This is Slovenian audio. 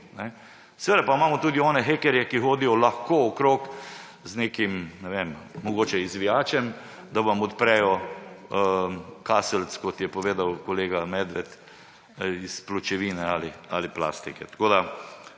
Seveda pa imamo tudi one hekerje, ki lahko hodijo okrog z nekim, ne vem, mogoče izvijačem, da vam odprejo kaselc, kot je povedal kolega Medved, iz pločevine ali plastike. Nam se